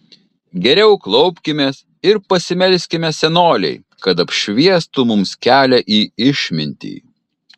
geriau klaupkimės ir pasimelskime senolei kad apšviestų mums kelią į išmintį